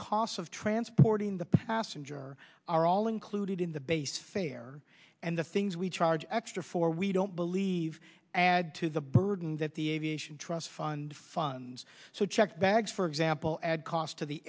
costs of transporting the passenger are all included in the base fare and the things we charge extra for we don't believe add to the burden that the aviation trust fund funds so check bags for example add cost to the